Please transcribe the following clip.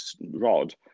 rod